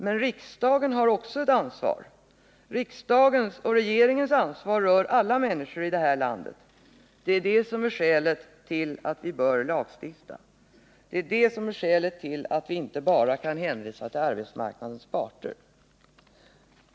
Men riksdagen har också ett ansvar. Riksdagens och regeringens ansvar rör alla människor i det här landet. Det är det som är skälet till att vi bör lagstifta. Det är det som är skälet till att vi inte bara kan hänvisa till arbetsmarknadens parter.